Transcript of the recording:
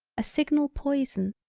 a signal poison,